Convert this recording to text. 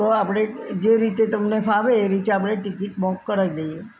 તો આપણે જે રીતે તમને ફાવે એ રીતે આપણે ટિકિટ બુક કરાવી દઈએ